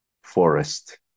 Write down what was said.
forest